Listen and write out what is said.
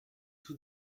tout